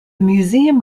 museum